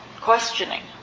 questioning